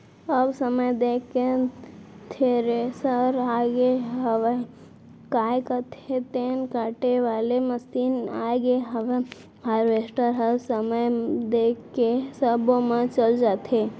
अब समय देख के थेरेसर आगे हयय, काय कथें तेन काटे वाले मसीन आगे हवय हारवेस्टर ह समय देख के सब्बो म चल जाथे